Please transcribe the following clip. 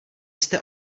jste